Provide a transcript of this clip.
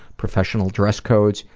professional dress codes,